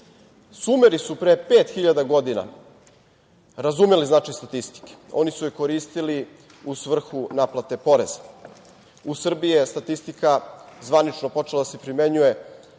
Sumeri su pre pet hiljada godina razumeli značaj statistike. Oni su je koristili u svrhu naplate poreza. U Srbiji je statistika zvanično počela da se primenjuje